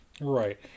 Right